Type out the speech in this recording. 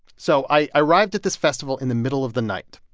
so i arrived at this festival in the middle of the night.